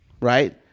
Right